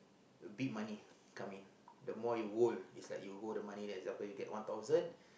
beat money come in the more you woo it's like you hold the money then example you get one thousand